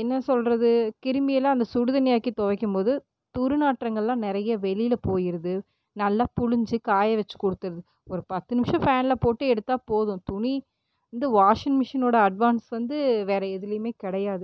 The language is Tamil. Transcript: என்ன சொல்கிறது கிருமியெல்லாம் அந்த சுடு தண்ணி ஆக்கி துவைக்கும் போது துர்நாற்றங்களெல்லாம் நிறைய வெளியில் போயிடுது நல்லா புழிஞ்சு காய வைச்சு கொடுத்துருது ஒரு பத்து நிமிஷம் ஃபேனில் போட்டு எடுத்தால் போதும் துணி வந்து வாஷிங் மிஷின் ஓட அட்வான்ஸ் வந்து வேறு எதிலையுமே கிடையாது